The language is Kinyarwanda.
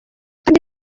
kandi